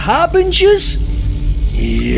Harbingers